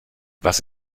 was